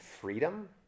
freedom